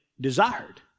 desired